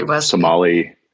Somali